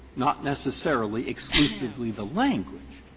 not necessarily exclusively the language,